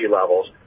levels